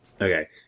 Okay